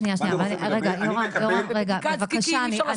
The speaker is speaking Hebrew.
שנייה, יהורם רגע בבקשה.